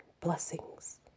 blessings